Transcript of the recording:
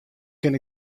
kin